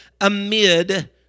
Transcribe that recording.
amid